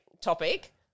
topic